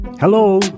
Hello